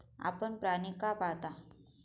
आपण प्राणी का पाळता?